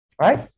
right